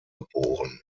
geboren